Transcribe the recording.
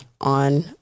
on